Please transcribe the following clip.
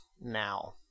now